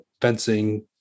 fencing